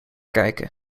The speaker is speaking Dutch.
aankijken